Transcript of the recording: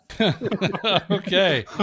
Okay